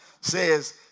says